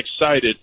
excited